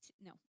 no